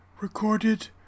recorded